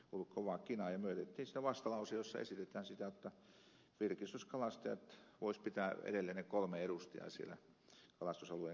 me jätimme siitä vastalauseen jossa esitetään jotta virkistyskalastajat voisivat pitää edelleen ne kolme edustajaa siellä kalastusalueen kokouksissa